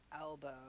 elbow